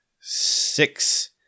six